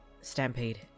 Stampede